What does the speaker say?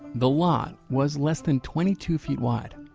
the lot was less than twenty two feet wide.